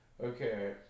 okay